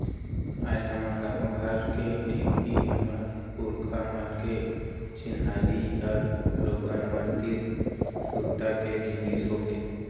आज हमर गॉंव घर के ढेंकी हमर पुरखा मन के चिन्हारी हर लोगन मन तीर सुरता के जिनिस होगे